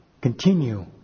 Continue